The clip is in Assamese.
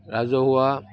ৰাজহুৱা